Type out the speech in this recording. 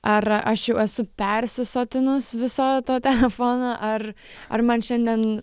ar aš jau esu persisotinus viso to telefono ar ar man šiandien